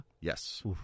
Yes